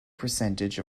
percentage